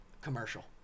commercial